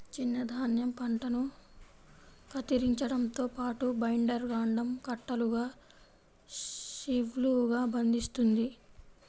చిన్న ధాన్యం పంటను కత్తిరించడంతో పాటు, బైండర్ కాండం కట్టలుగా షీవ్లుగా బంధిస్తుంది